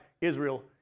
Israel